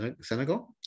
Senegal